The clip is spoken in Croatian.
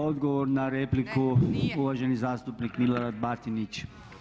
Odgovor na repliku, uvaženi zastupnik Milorad Batinić.